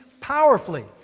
powerfully